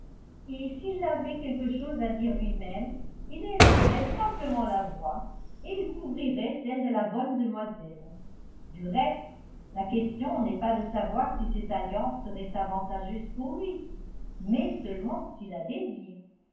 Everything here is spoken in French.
et s'il avait quelque chose à dire lui-même il élèverait simplement la voix et il couvrirait celle de la bonne demoiselle du reste la question n'est pas de savoir si cette alliance serait avantageuse pour lui mais seulement s'il la désire